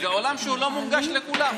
זה עולם שהוא לא מונגש לכולם.